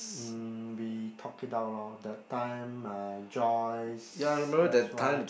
mm we talked it out lor that time uh Joyce s_y